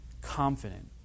confident